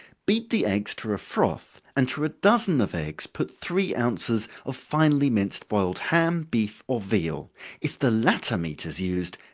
beat the eggs to a froth, and to a dozen of eggs put three ounces of finely minced boiled ham, beef, or veal if the latter meat is used,